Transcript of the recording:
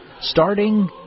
starting